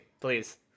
please